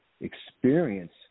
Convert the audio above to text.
experience